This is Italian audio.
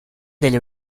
delle